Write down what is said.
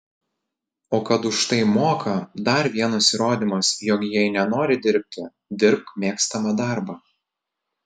o kad už tai moka dar vienas įrodymas jog jei nenori dirbti dirbk mėgstamą darbą